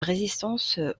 résistance